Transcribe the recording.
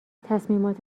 تصمیمات